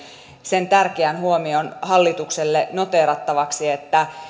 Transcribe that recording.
sen tärkeän huomion hallitukselle noteerattavaksi että